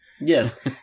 Yes